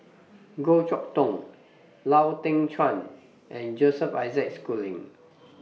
Goh Chok Tong Lau Teng Chuan and Joseph Isaac Schooling